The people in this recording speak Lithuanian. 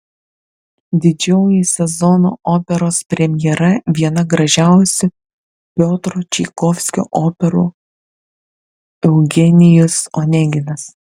didžioji sezono operos premjera viena gražiausių piotro čaikovskio operų eugenijus oneginas